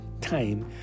time